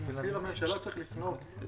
מזכיר הממשלה צריך לפנות.